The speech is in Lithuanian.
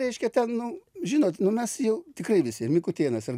reiškia ten nu žinot nu mes jau tikrai visi ir mikutėnas ir